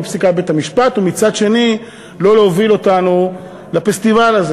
פסיקת בית-המשפט ומצד שני לא להוביל אותנו לפסטיבל הזה,